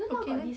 okay meh